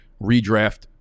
redraft